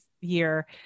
year